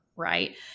Right